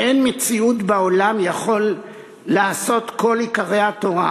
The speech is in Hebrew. ואין מציאות בעולם יכול לעשות כל עיקרי התורה.